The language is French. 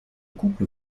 couple